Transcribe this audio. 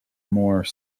more